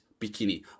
bikini